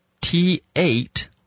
T8